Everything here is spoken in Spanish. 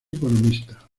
economista